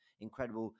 incredible